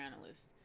analysts